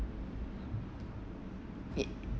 I